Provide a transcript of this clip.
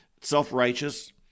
self-righteous